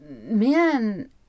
men